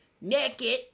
naked